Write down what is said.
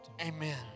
Amen